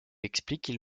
explique